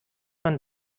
man